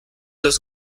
los